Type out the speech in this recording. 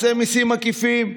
חברת הכנסת קארין אלהרר,